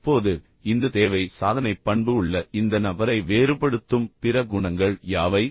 இப்போது இந்த தேவை சாதனைப் பண்பு உள்ள இந்த நபரை வேறுபடுத்தும் பிற குணங்கள் யாவை